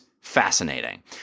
fascinating